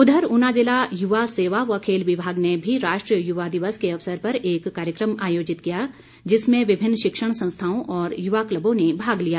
उधर ऊना जिला युवा सेवा व खेल विभाग ने भी राष्ट्रीय युवा दिवस के अवसर पर एक कार्यक्रम आयोजित किया जिसमें विभिन्न शिक्षण संस्थाओं और युवा क्लबों ने भाग लिया